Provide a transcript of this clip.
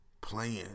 playing